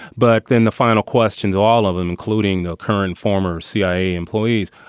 but then the final questions, all of them, including the current former cia employees.